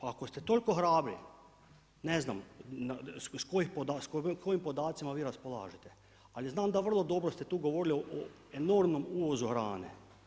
Ako ste toliko hrabri, ne znam, s kojim podacima vi raspolažete, ali znam da vrlo dobro ste tu govorili o enormnom uvozu hrane.